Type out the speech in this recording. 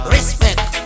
Respect